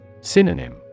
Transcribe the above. Synonym